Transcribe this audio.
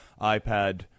iPad